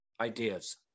Ideas